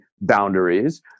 boundaries